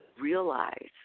realize